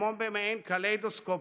כמו במעין קליידוסקופ,